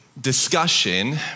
discussion